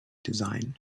design